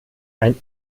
ein